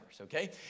okay